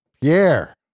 Pierre